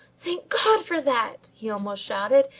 thank god for that! he almost shouted.